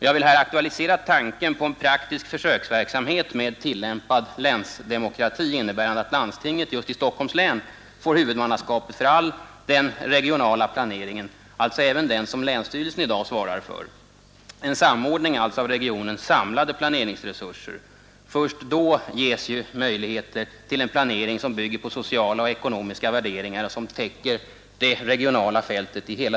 Jag vill här aktualisera tanken på en praktisk försöksverksamhet med tillämpad länsdemokrati, innebärande att landstinget just i Stockholms län får huvudmannaskapet för all regional planering, alltså även den som länsstyrelsen i dag svarar för — en samordning av regionens samlade planeringsresurser. Först då ges möjligheter till en planering som bygger på sociala och ekonomiska värderingar och som täcker hela det regionala fältet.